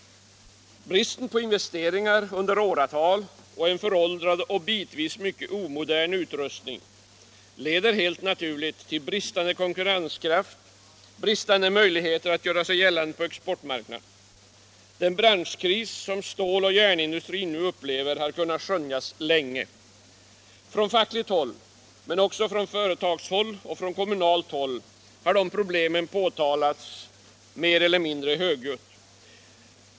Bristen på investeringar under åratal och en föråldrad och bitvis mycket omodern utrustning leder helt naturligt till bristande konkurrenskraft, bristande möjligheter att göra sig gällande på exportmarknaden. Den branschkris som ståloch järnindustrin nu upplever har kunnat skönjas länge. Från fackligt håll, men också från företagshåll och från kommunalt håll, har dessa problem påtalats mer eller mindre högljutt.